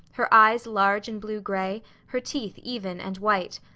her eyes large and blue-gray, her teeth even and white.